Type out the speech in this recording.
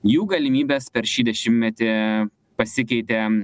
jų galimybes per šį dešimtmetį pasikeitė